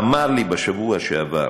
אמר לי בשבוע שעבר